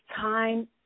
time